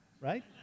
right